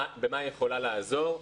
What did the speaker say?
במה היא יכולה לעזור?